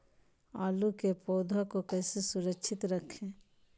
आलू के पौधा को कैसे सुरक्षित रखें?